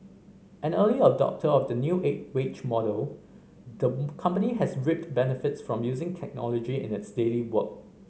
an early adopter of the new wage model the company has reaped benefits from using technology in its daily work